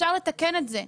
אפשר לתקן את זה.